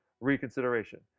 reconsideration